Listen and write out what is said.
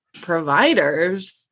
providers